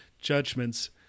judgments